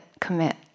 commit